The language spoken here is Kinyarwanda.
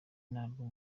narwo